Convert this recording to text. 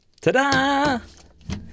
Ta-da